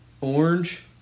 orange